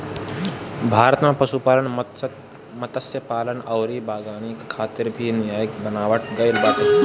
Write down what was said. भारत में पशुपालन, मत्स्यपालन अउरी बागवानी खातिर भी निकाय बनावल गईल बाटे